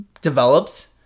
developed